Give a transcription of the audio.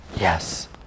Yes